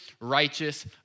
righteous